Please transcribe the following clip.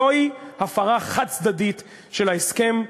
זוהי הפרה חד-צדדית של ההסכם,